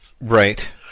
right